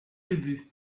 ubu